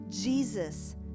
Jesus